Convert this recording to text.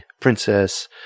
princess